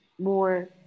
more